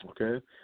Okay